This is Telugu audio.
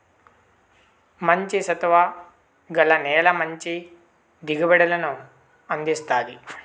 మంచి సత్తువ గల నేల మంచి దిగుబడులను అందిస్తాది